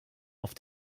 auf